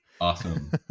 awesome